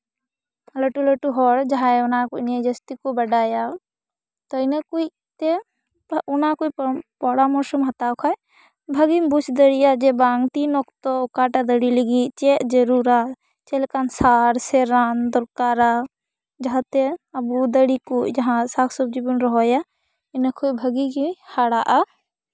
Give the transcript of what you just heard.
ᱞᱟ ᱴᱩᱼᱞᱟ ᱴᱩ ᱦᱚᱲ ᱡᱟᱦᱟᱸᱭ ᱚᱱᱟ ᱠᱚ ᱱᱤᱭᱟᱹ ᱡᱟ ᱥᱛᱤ ᱠᱚ ᱵᱟᱰᱟᱭᱟ ᱛᱚ ᱤᱱᱟᱹ ᱠᱩᱡ ᱛᱮ ᱚᱱᱟ ᱠᱚ ᱯᱚᱨᱟᱢᱚᱨᱥᱚᱢ ᱦᱟᱛᱟᱣ ᱠᱷᱟᱡ ᱵᱷᱟᱹᱜᱤᱢ ᱵᱩᱡᱽ ᱫᱟᱲᱮᱭᱟᱜᱼᱟ ᱡᱮ ᱛᱤᱱ ᱚᱠᱛᱚ ᱚᱠᱟᱴᱟᱜ ᱫᱟᱲᱮ ᱞᱟᱹᱜᱤᱫ ᱪᱮᱫ ᱡᱟᱹᱲᱩᱨᱟ ᱪᱮᱫ ᱞᱮᱠᱟᱱ ᱥᱟᱨ ᱥᱮ ᱨᱟᱱ ᱫᱚᱨᱠᱟᱨᱟ ᱡᱟᱦᱟᱸᱛᱮ ᱫᱟᱨᱮ ᱠᱚ ᱟᱵᱚ ᱥᱟᱠᱼᱥᱟᱵᱡᱤ ᱵᱚᱱ ᱨᱚᱦᱚᱭᱟ ᱵᱷᱟᱹᱜᱤ ᱜᱮ ᱦᱟᱨᱟᱜᱼᱟ